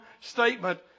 statement